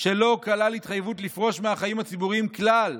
שלא כלל התחייבות לפרוש מהחיים הציבוריים כלל,